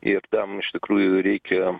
ir tam iš tikrųjų reikia